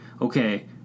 okay